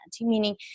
meaning